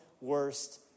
worst